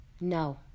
No